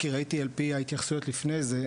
כי ראיתי על פי ההתייחסויות לפני זה,